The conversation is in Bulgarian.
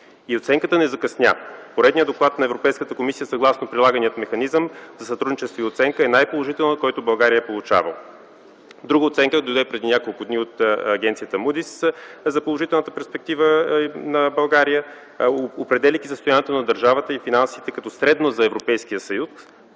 и оценката не закъсня. Поредният доклад на Европейската комисия, съгласно прилагания механизъм за сътрудничество и оценка, е най-положителен, който България е получавал. Друга оценка дойде преди няколко дни от Агенция „Муудис” – за положителната перспектива на България, определяйки състоянието на държавата и финансите като средно за Европейския съюз.